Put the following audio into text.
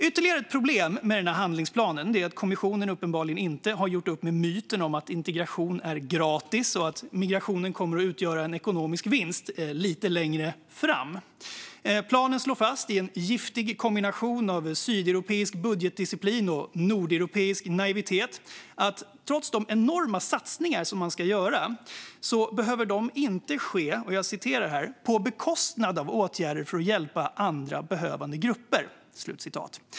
Ytterligare ett problem med handlingsplanen är att kommissionen uppenbarligen inte har gjort upp med myten om att integration är gratis och att migrationen kommer att utgöra en ekonomisk vinst lite längre fram. Planen slår fast i en giftig kombination av sydeuropeisk budgetdisciplin och nordeuropeisk naivitet att trots de enorma satsningar som ska göras behöver de inte ske på bekostnad av åtgärder för att hjälpa andra behövande grupper.